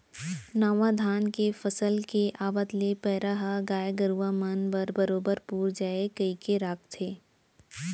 नावा धान के फसल के आवत ले पैरा ह गाय गरूवा मन बर बरोबर पुर जाय कइके राखथें